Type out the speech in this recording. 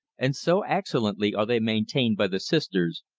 and so excellently are they maintained by the sisters,